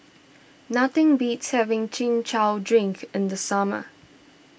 nothing beats having Chin Chow Drink in the summer